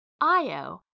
Io